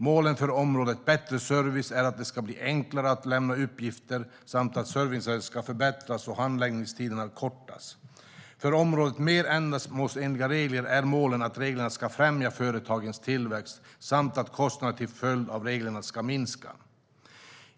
Målen för området Bättre service är att det ska bli enklare att lämna uppgifter samt att servicen ska förbättras och handläggningstiderna kortas. För området Mer ändamålsenliga regler är målen att regler ska främja företagens tillväxt samt att kostnader till följd av regler ska minska.